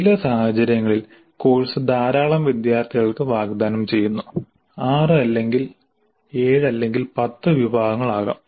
ചില സാഹചര്യങ്ങളിൽ കോഴ്സ് ധാരാളം വിദ്യാർത്ഥികൾക്ക് വാഗ്ദാനം ചെയ്യുന്നു 6 അല്ലെങ്കിൽ 7 അല്ലെങ്കിൽ 10 വിഭാഗങ്ങൾ ആകാം